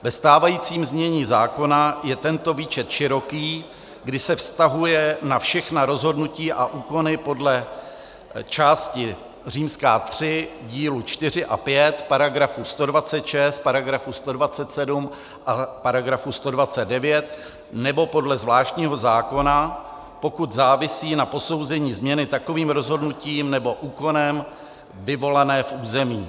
Ve stávajícím znění zákona je tento výčet široký, kdy se vztahuje na všechna rozhodnutí a úkony podle části III dílu 4 a 5 § 126, § 127 a § 129, nebo podle zvláštního zákona, pokud závisí na posouzení změny takovým rozhodnutím nebo úkonem vyvolané v území.